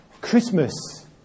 Christmas